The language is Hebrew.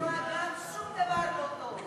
שום דבר לא טוב.